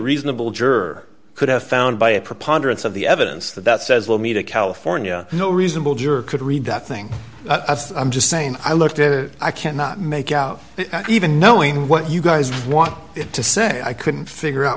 reasonable juror could have found by a preponderance of the evidence that says lomita california no reasonable juror could read that thing i'm just saying i looked at it i cannot make out even knowing what you guys want to say i couldn't figure out